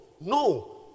no